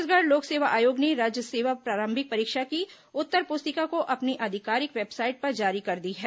छत्तीसगढ़ लोक सेवा आयोग ने राज्य सेवा प्रारंभिक परीक्षा की उत्तर पुस्तिका को अपनी आधिकारिक वेबसाइट पर जारी कर दी है